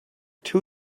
too